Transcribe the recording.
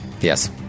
Yes